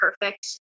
perfect